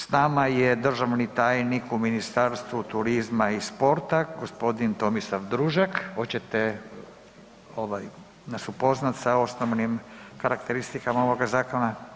S nama je državni tajnik u Ministarstvu turizma i sporta, gospodin Tomislav Družak, hoćete nas upoznati s osnovnim karakteristikama ovoga Zakona?